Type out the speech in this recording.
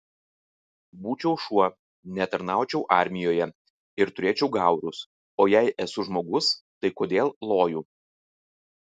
būčiau šuo netarnaučiau armijoje ir turėčiau gaurus o jei esu žmogus tai kodėl loju